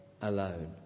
alone